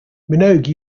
minogue